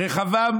רחבעם